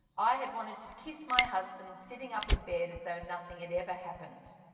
i had wanted to kiss my husband sitting up in bed as though nothing had ever happened.